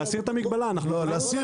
להסיר את המגבלה.